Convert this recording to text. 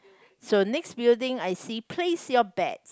so next building I see place your bets